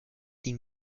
ihn